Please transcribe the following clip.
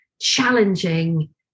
challenging